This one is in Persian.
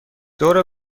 دور